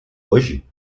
hoje